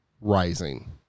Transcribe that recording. rising